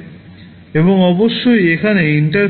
রয়েছে